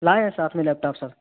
لائے ہیں ساتھ میں لیپ ٹاپ سر